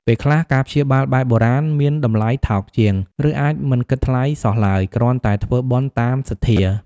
ពេលខ្លះ ការព្យាបាលបែបបុរាណមានតម្លៃថោកជាង ឬអាចមិនគិតថ្លៃសោះឡើយ គ្រាន់តែធ្វើបុណ្យតាមសទ្ធា។